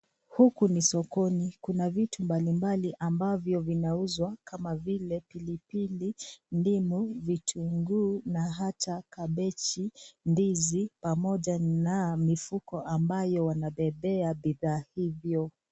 Huku ni sokoni kuna vitu mbalimbali ambayo vinauzwa kama vile pilipili, ndimu, vitunguu na hata kabeji ndizi pamoja na mifuko ambayo wanabebea bidhaa hivyo .